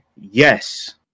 Yes